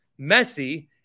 Messi